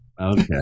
okay